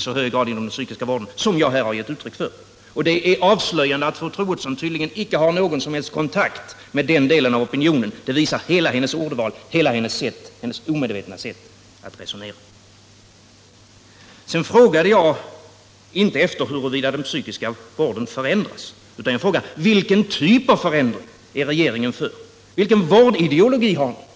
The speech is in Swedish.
så hög grad förekommer inom den psykiatriska vården — som jag här har givit uttryck för. Det är avslöjande att fru Troedsson tydligen inte har någon som helst kontakt med den delen av opinionen; det visar hennes ordval och hennes omedvetna sätt att resonera. Sedan frågade jag inte huruvida den psykiatriska vården förändrats. Jag frågade: Vilken typ av förändring är regeringen för, vilken vårdideologi har regeringen?